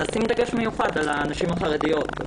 נשים דגש מיוחד על הנשים החרדיות.